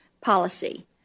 policy